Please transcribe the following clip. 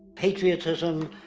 patriotism,